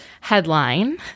headline